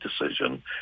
decision